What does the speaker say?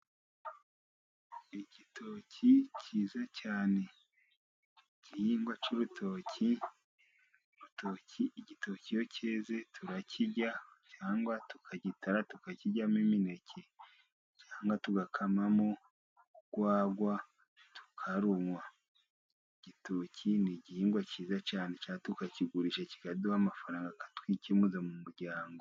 Igitoki cyiza cyane, igihingwa cy'urutoki, igitoki iyo cyeze turakirya cyangwa tukagitara tukakiryamo imineke cyangwa tugakamamo urwagwa tukarunywa , igitoki n'igihingwa cyiza cyane cyangwa tukakigurisha kikaduha amafaranga, twikenuza mu muryango.